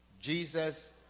jesus